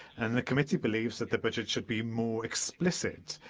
and the committee believes that the budget should be more explicit,